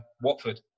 Watford